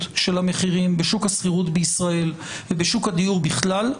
של המחירים בשוק השכירות בישראל ובשוק הדיור בכלל,